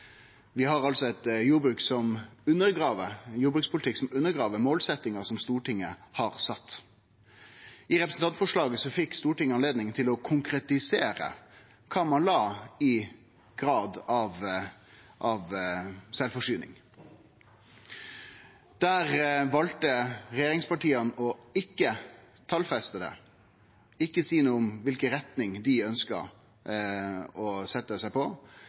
Vi har altså ein jordbrukspolitikk som undergrev målsetjinga som Stortinget har sett. I representantforslaget fekk Stortinget moglegheit til å konkretisere kva ein la i grad av sjølvforsyning. Da valde regjeringspartia å ikkje talfeste det, ikkje seie noko om kva for retning dei